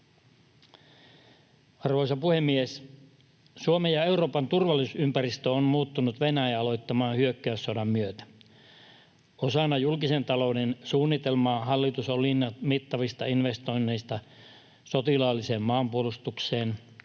Arvoisa puhemies! Suomen ja Euroopan turvallisuusympäristö on muuttunut Venäjän aloittaman hyökkäyssodan myötä. Osana julkisen talouden suunnitelmaa hallitus on linjannut mittavista investoinneista sotilaalliseen maanpuolustukseen,